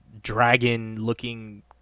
dragon-looking